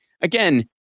again